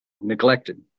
neglected